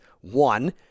one